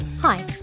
Hi